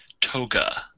toga